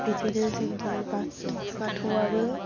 बिदिनो जोंनि बाथ बाथौवाबो